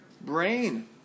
brain